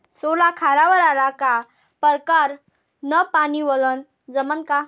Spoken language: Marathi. सोला खारावर आला का परकारं न पानी वलनं जमन का?